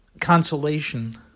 consolation